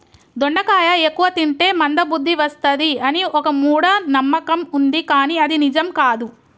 దొండకాయ ఎక్కువ తింటే మంద బుద్ది వస్తది అని ఒక మూఢ నమ్మకం వుంది కానీ అది నిజం కాదు